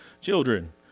children